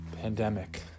pandemic